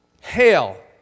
Hail